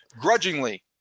grudgingly